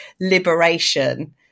liberation